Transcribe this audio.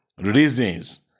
reasons